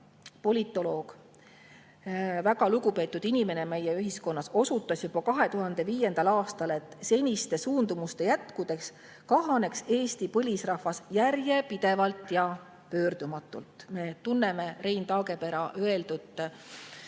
politoloog, väga lugupeetud inimene meie ühiskonnas, osutas juba 2005. aastal, et seniste suundumuste jätkudes kahaneks Eesti põlisrahvas järjepidevalt ja pöördumatult. Me teame Rein Taagepera sõnu